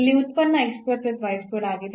ಇಲ್ಲಿ ಉತ್ಪನ್ನ ಆಗಿದೆ